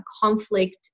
conflict